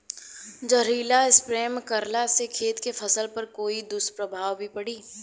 जहरीला स्प्रे करला से खेत के फसल पर कोई दुष्प्रभाव भी पड़ी?